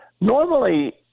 Normally